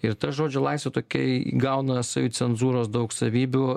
ir ta žodžio laisvė tokia įgauna savicenzūros daug savybių